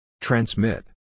Transmit